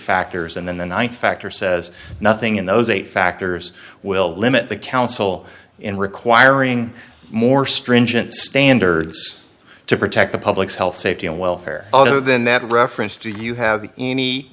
factors and then the ninth factor says nothing in those eight factors will limit the council in requiring more stringent standards to protect the public's health safety and welfare other than that of reference do you have any